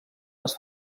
les